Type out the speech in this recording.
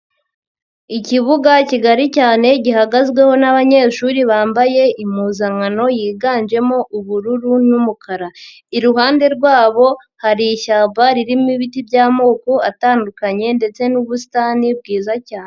Ikibuga kigari cyane gihagazweho n'abanyeshuri bambaye impuzankano yiganjemo ubururu n'umukara, iruhande rwabo hari ishyamba ririmo ibiti by'amoko atandukanye ndetse n'ubusitani bwiza cyane.